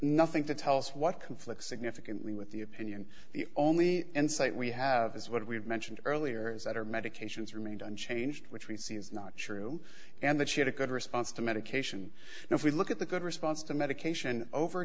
nothing to tell us what conflicts significantly with the opinion the only insight we have is what we've mentioned earlier is that her medications remained unchanged which we see is not sure who and that she had a good response to medication and if we look at the good response to medication over